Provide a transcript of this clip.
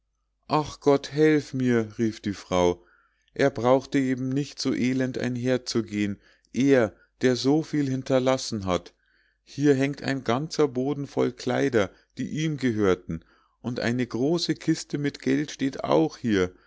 ach gott helf mir rief die frau er brauchte eben nicht so elend einherzugehen er der so viel hinterlassen hat hier hangt ein ganzer boden voll kleider die ihm gehörten und eine große kiste mit geld steht hier